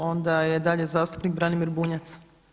Onda je dalje zastupnik Branimir Bunjac.